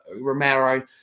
Romero